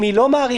אם היא לא מאריכה,